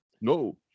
No